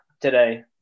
today